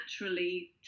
naturally